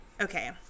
Okay